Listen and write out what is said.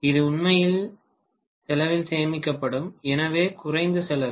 இது உண்மையில் செலவில் சேமிக்கப்படும் எனவே குறைந்த செலவு